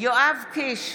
יואב קיש,